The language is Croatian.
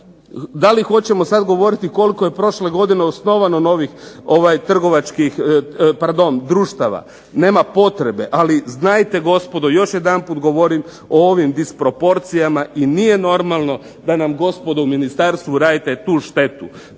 Da li hoćemo sad govoriti koliko je prošle godine osnovano novih trgovačkih, pardon društava. Nema potrebe. Ali znajte gospodo još jedanput govorim o ovim disproporcijama i nije normalno da nam gospodo u ministarstvu radite tu štetu.